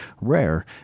rare